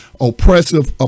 oppressive